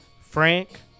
Frank